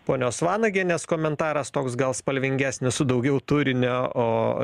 ponios vanagienės komentaras toks gal spalvingesnis su daugiau turinio o